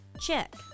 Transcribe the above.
Check